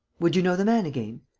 would you know the man again?